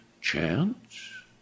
chance